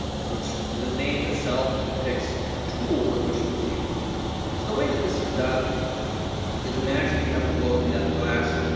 which the name itself depicts the tool in which it was used. so the way that this is done is, imagine you have a globe made out of glass,